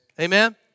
Amen